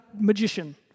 magician